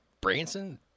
Branson